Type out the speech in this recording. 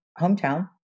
hometown